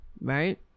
right